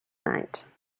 night